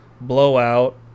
Blowout